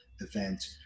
event